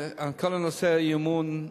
כל נושא האי-אמון,